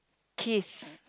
kiss